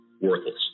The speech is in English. worthless